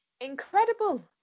incredible